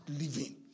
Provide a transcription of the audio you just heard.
living